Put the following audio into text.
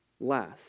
last